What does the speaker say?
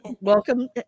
Welcome